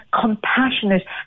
compassionate